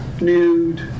nude